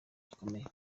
gikomeye